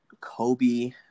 Kobe